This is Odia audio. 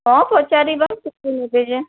ହଁ ପଚାରିବା କେତେ ନେବେ ଯେ